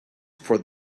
for